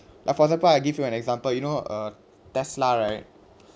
like for example I give you an example you know uh Tesla right